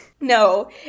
No